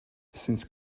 since